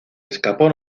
escapó